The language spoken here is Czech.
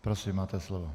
Prosím, máte slovo.